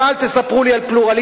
אז אל תספרו לי על פלורליזם,